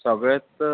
सगळेंत